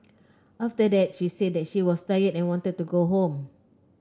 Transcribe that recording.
after that she said that she was tired and wanted to go home